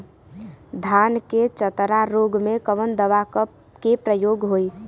धान के चतरा रोग में कवन दवा के प्रयोग होई?